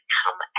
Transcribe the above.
come